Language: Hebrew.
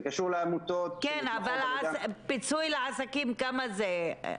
זה קשור לעמותות --- פיצוי לעסקים כמה זה?